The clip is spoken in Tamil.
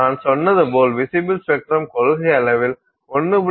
நான் சொன்னது போல் விசிபில் ஸ்பெக்ட்ரம் கொள்கையளவில் 1